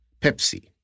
Pepsi